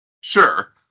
Sure